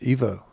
Evo